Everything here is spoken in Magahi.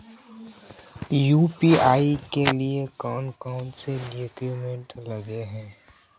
यु.पी.आई के लिए कौन कौन से डॉक्यूमेंट लगे है?